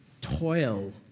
toil